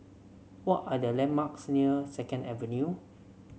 what are the landmarks near Second Avenue